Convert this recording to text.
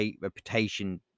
reputation